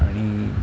आणि